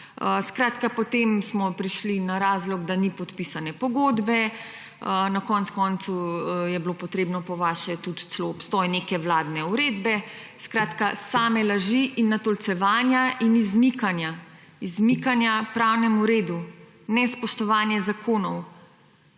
Skratka, potem smo prišli na razlog, da ni podpisane pogodbe na koncu koncev je bilo potrebno po vaše tudi celo obstoj neke vladne uredbe. Skratka, same laži in natolcevanja in izmikanja pravnemu redu, nespoštovanje zakonov.